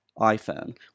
iPhone